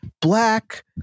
black